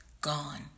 gone